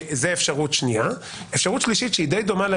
כפי שראיתם, וגם סימנו מראש גם את הנושא